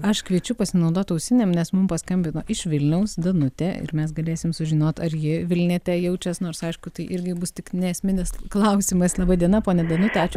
aš kviečiu pasinaudot ausinėm nes mum paskambino iš vilniaus danutė ir mes galėsim sužinot ar ji vilniete jaučias nors aišku tai irgi bus tik ne esminis klausimas laba diena ponia danute ačiū